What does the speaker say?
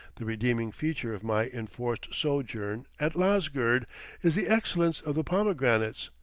the redeeming feature of my enforced sojourn at lasgird is the excellence of the pomegranates,